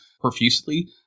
profusely